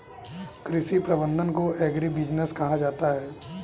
कृषि प्रबंधन को एग्रीबिजनेस कहा जाता है